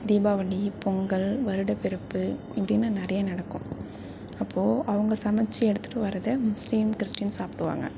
தீபாவளி பொங்கல் வருடப்பிறப்பு இப்படின்னு நிறையா நடக்கும் அப்போது அவங்க சமைச்சி எடுத்துட்டு வரதை முஸ்லிம் கிறிஸ்டீன் சாப்பிடுவாங்க